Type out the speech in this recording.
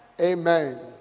Amen